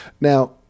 Now